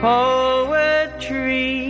Poetry